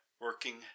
working